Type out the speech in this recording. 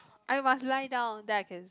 I must lie down then I can